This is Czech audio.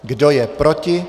Kdo je proti?